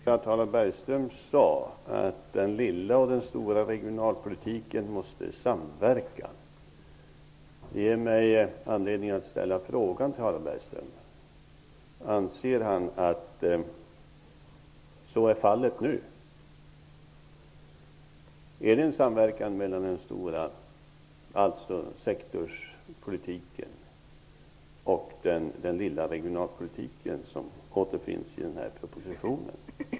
Herr talman! Harald Bergström sade att den lilla och den stora regionalpolitiken måste samverka. Bergström att så är fallet nu? Finns det en samverkan mellan den stora regionalpolitiken -- alltså sektorspolitiken -- och den lilla regionalpolitiken i den här propositionen?